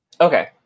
Okay